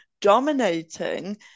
dominating